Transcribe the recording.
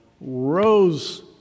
rose